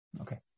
Okay